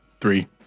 Three